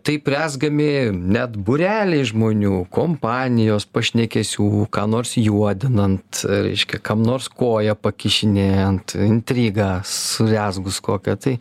taip rezgami net būreliai žmonių kompanijos pašnekesių ką nors juodinant reiškia kam nors koją pakišinėjant intrigą surezgus kokią tai